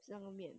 是那个面